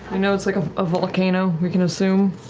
i know it's like a ah volcano, we can assume.